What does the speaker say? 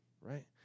right